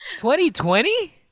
2020